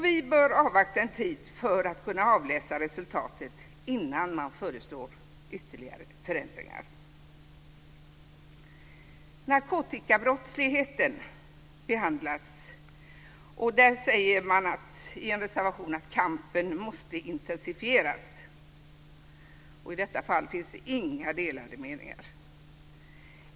Vi bör avvakta en tid för att kunna avläsa resultatet innan man föreslår ytterligare förändringar. Narkotikabrottsligheten behandlas också. I en reservation säger man att kampen måste intensifieras. I det fallet finns det inga delade meningar.